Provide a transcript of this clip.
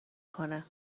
کنه